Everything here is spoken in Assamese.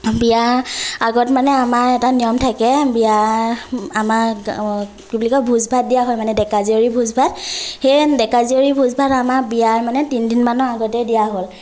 বিয়াৰ আগত মানে আমাৰ এটা নিয়ম থাকে বিয়া আমাৰ কি বুলি কয় ভোজ ভাত দিয়া হয় মানে ডেকা জীয়ৰীৰ ভোজ ভাত সেই ডেকা জীয়ৰীৰ ভোজ ভাত আমাৰ বিয়াৰ মানে তিনিদিনমানৰ আগতেই দিয়া হ'ল